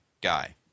guy